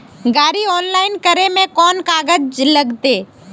गाड़ी ऑनलाइन करे में कौन कौन कागज लगते?